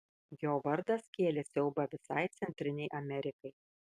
jo vardas kėlė siaubą visai centrinei amerikai